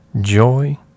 joy